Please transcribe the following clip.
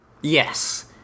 Yes